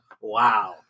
Wow